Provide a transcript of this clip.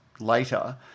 later